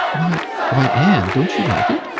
why why anne, don't you like it?